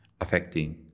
affecting